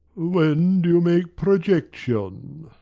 when do you make projection?